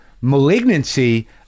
malignancy